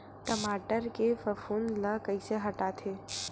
टमाटर के फफूंद ल कइसे हटाथे?